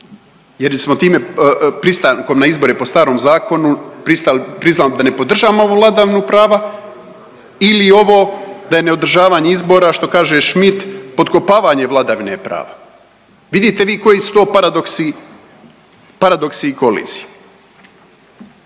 jer smo time pristankom na izbore po starom zakonu priznali da ne podržavamo ovu vladavinu prava ili ovo da je neodržavanje izbora što kaže Schmidt potkopavanje vladavine prava, vidite vi koji su to paradoksi, paradoksi